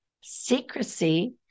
secrecy